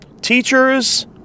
Teachers